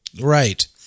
Right